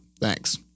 Thanks